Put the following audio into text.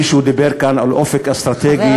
מישהו דיבר כאן על אופק אסטרטגי,